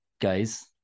guys